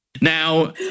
Now